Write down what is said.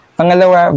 Pangalawa